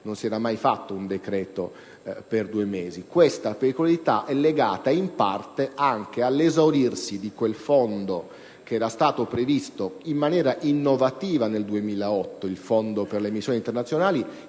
non si era mai fatto un decreto per due mesi. Questa peculiarità è legata in parte anche all'esaurirsi di quel fondo, previsto in maniera innovativa nel 2008: il fondo per le missioni internazionali